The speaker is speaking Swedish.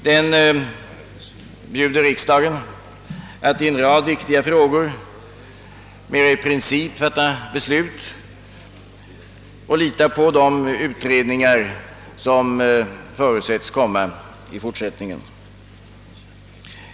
Den bjuder riksdagen att i många viktiga frågor mera i princip fatta beslut och lita på kommande utredningar.